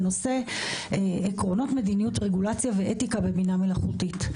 בנושא "עקרונות מדיניות רגולציה ואתיקה בבינה מלאכותית".